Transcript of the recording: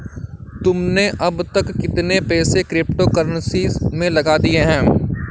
तुमने अब तक कितने पैसे क्रिप्टो कर्नसी में लगा दिए हैं?